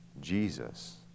Jesus